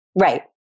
Right